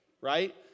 Right